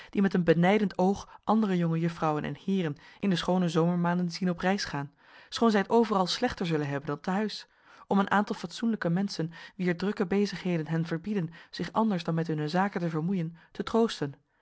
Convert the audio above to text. die met een benijdend oog andere jonge juffrouwen en heeren in de schoone zomermaanden zien op reis gaan schoon zij t overal slechter zullen hebben dan te huis om een aantal fatsoenlijke menschen wier drukke bezigheden hen verbieden zich anders dan met hunne zaken te vermoeien te troosten